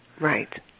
Right